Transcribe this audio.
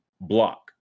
Block